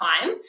time